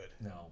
No